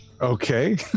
Okay